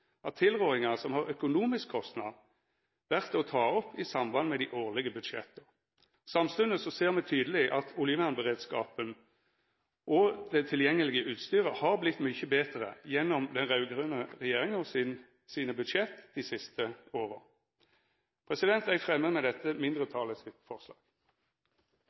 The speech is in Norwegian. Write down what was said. at tilrådinga som har økonomisk kostnad, vert å ta opp i samband med dei årlege budsjetta. Samstundes ser me tydeleg at oljevernberedskapen og det tilgjengelege utstyret har vorte mykje betre gjennom den raud-grøne regjeringa sine budsjett dei siste åra. Eg fremjar med dette mindretalet sitt forslag.